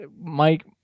Mike